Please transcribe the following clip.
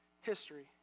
history